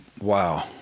Wow